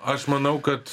aš manau kad